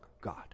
God